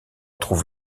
trouve